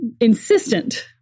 insistent